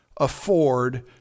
afford